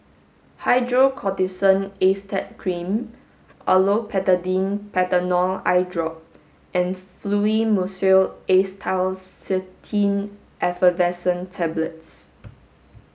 Hydrocortisone Acetate Cream Olopatadine Patanol Eyedrop and Fluimucil Acetylcysteine Effervescent Tablets